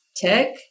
tick